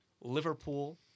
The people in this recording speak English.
Liverpool